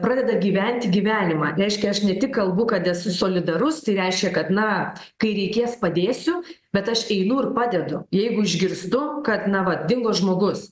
pradeda gyventi gyvenimą reiškia aš ne tik kalbu kad esu solidarus tai reiškia kad na kai reikės padėsiu bet aš einu ir padedu jeigu išgirstu kad na va dingo žmogus